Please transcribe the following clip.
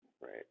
Right